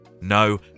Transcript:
No